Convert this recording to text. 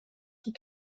die